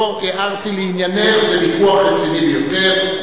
לא הערתי לעניינך, זה ויכוח רציני ביותר.